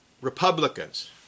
Republicans